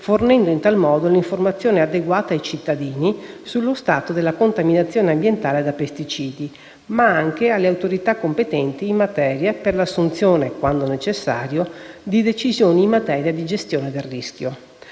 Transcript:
fornendo in tal modo un'informazione adeguata ai cittadini sullo stato della contaminazione ambientale da pesticidi, ma anche alle autorità competenti in materia per l'assunzione, quando necessario, di decisioni in materia di gestione del rischio.